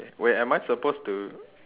wait am I supposed to